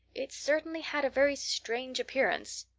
it certainly had a very strange appearance.